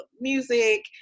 music